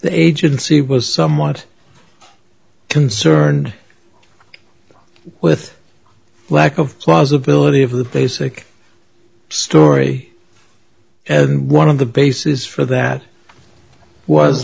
the agency was somewhat concerned with lack of plausibility of the basic story and one of the basis for that was